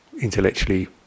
intellectually